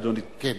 אדוני,